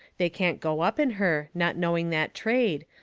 they can't go up in her, not knowing that trade,